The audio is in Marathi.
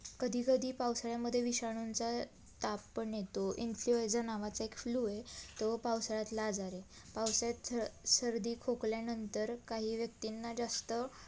कधी कधी पावसाळ्यामधे विषाणूंचा ताप पण येतो इन्फ्लूएझा नावाचा एक फ्लू आहे तो पावसाळ्यातला आजार आहे पावसाळ्यात स सर्दी खोकल्यानंतर काही व्यक्तींना जास्त